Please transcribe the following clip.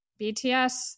BTS